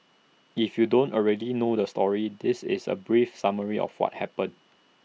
if you don't already know the story this is A brief summary of what happened